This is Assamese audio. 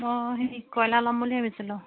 অঁ হেৰি কইলাৰ ল'ম বুলি ভাবিছিলোঁ